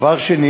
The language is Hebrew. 2. דבר שני,